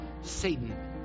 Satan